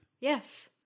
Yes